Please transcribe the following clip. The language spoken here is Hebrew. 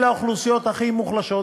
אלה האוכלוסיות הכי מוחלשות,